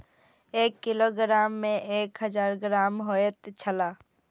एक किलोग्राम में एक हजार ग्राम होयत छला